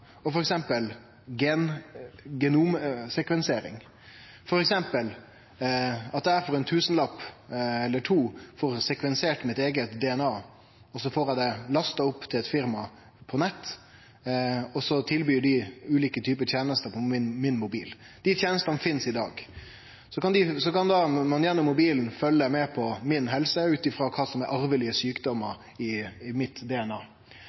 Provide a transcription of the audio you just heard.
genomsekvensering. For eksempel får eg for ein tusenlapp eller to sekvensert mitt eige DNA, og så får eg det lasta opp til eit firma på nett, og så tilbyr dei ulike typar tenester på mobilen min. Dei tenestene finst i dag. Så kan eg da gjennom mobilen følgje med på helsa mi ut frå kva som er arvelege sjukdomar i DNA-et mitt. Dette føregår allereie i dag, det